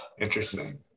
Interesting